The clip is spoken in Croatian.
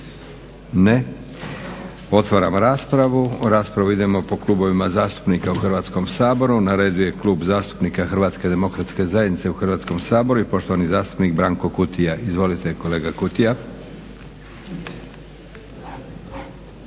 Ne. Otvaram raspravu. U raspravu idemo po klubovima zastupnika u Hrvatskom saboru. Na redu je Klub zastupnika HDZ-a u Hrvatskom saboru i poštovani zastupnik Branko Kutija. Izvolite kolega Kutija.